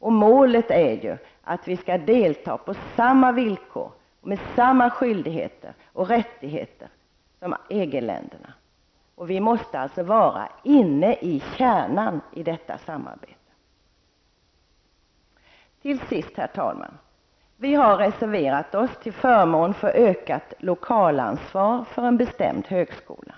Målet är ju att vi skall delta på samma villkor, med samma skyldigheter och rättigheter som EG länderna. Vi måste alltså vara inne i kärnan i detta samarbete. Till sist, herr talman, har vi reserverat oss till förmån för ökat lokalansvar för en bestämd högskola.